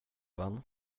vän